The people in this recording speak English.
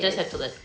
yes